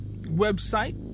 website